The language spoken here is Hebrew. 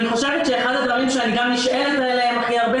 אחד הדברים שאני נשאלת לגביו הכי הרבה